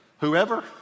Whoever